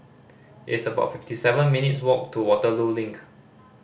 it's about fifty seven minutes' walk to Waterloo Link